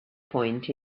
point